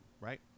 right